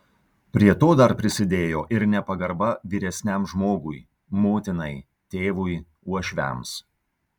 prie to dar prisidėjo ir nepagarba vyresniam žmogui motinai tėvui uošviams